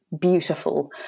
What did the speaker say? beautiful